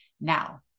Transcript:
Now